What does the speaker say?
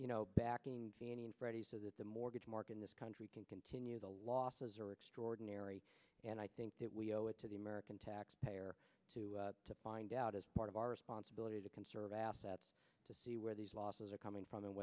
you know backing fannie and freddie so that the mortgage market in this country can continue the losses are extraordinary and i think that we owe it to the american taxpayer to to find out as part of our responsibility to conserve assets to see where these losses are coming from the